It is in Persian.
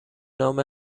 نام